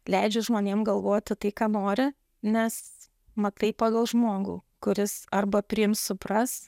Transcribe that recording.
leidžiu žmonėm galvoti tai ką nori nes matai pagal žmogų kuris arba priims supras